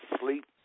sleep